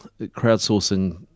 crowdsourcing